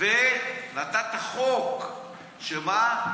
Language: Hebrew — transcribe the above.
ונתת חוק שמה?